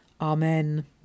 Amen